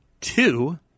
Two